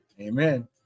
Amen